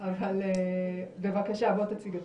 שומעים אותי?